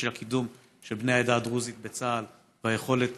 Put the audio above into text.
אני חושב שהקידום של בני העדה הדרוזית בצה"ל והיכולת